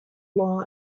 law